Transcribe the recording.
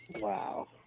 Wow